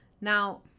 Now